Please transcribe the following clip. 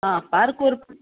आ पारो व्हरप